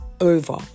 over